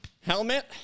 helmet